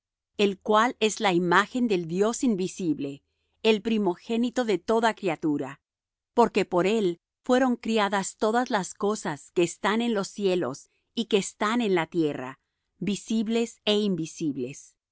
el cual es la imagen del dios invisible el primogénito de toda criatura porque por él fueron criadas todas las cosas que están en los cielos y que están en la tierra visibles é invisibles